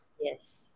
Yes